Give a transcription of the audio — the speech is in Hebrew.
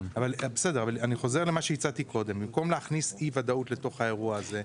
במקום להכניס אי ודאות לתוך האירוע הזה,